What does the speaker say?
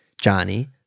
Johnny